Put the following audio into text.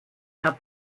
herr